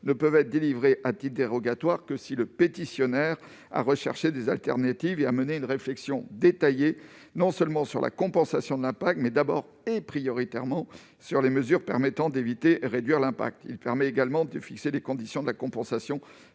ne peuvent être délivrées, à titre dérogatoire, que si le pétitionnaire a recherché des options de remplacement et a mené une réflexion détaillée non seulement sur la compensation de l'impact, mais d'abord, et prioritairement, sur les mesures permettant d'éviter et de réduire l'impact de l'artificialisation. Il tend également à fixer les conditions de la compensation